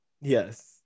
Yes